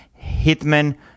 hitman